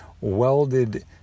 welded